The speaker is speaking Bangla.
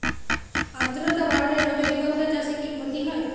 আদ্রর্তা বাড়লে রজনীগন্ধা চাষে কি ক্ষতি হয়?